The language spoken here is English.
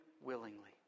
willingly